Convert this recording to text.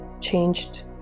changed